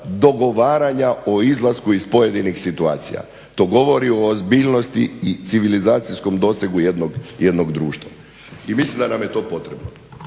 dogovaranja o izlasku iz pojedinih situacija. To govori o ozbiljnosti i civilizacijskom dosegu jednog društva. I mislim da nam je to potrebno.